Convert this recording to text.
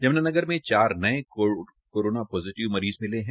यमुनानगर में चार नये कोविड पोजिटिव मरीज़ मिले है